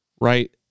Right